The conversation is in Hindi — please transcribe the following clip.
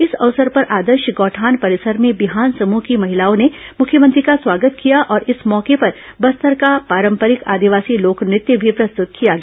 इस अवसर पर आदर्श गौठान परिसर में बिहान समूह की महिलाओं ने मुख्यमंत्री का स्वागत किया और इस मौके पर बस्तर का पारपरिक आदिवासी लोक नृत्य भी प्रस्तुत किया गया